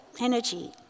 energy